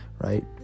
right